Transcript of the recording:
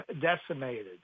decimated